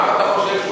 מה אתה חושב?